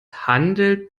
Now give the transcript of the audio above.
handelt